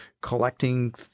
collecting